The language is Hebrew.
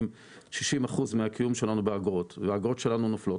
על פי חוק אנחנו מממנים 60% מהקיום שלנו באגרות והאגרות שלנו נופלות,